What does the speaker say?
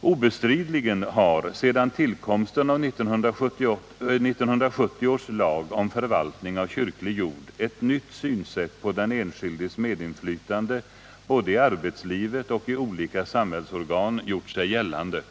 Obestridligen har sedan tillkomsten av 1970 års lag om förvaltning av kyrklig jord ett nytt synsätt på den enskildes medinflytande både i arbetslivet och i olika samhällsorgan gjort sig gällande.